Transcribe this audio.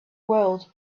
world